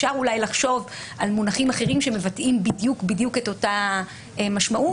אפשר אולי לחשוב על מונחים אחרים שמבטאים בדיוק את אותה משמעות.